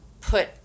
put